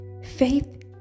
faith